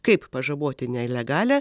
kaip pažaboti nelegalią